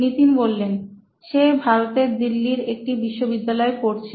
নিতিন সে ভারতের দিল্লির একটি বিশ্ববিদ্যালয়ের পড়ছে